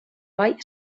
vall